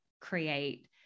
create